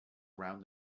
around